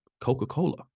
coca-cola